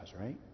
right